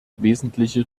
wesentliche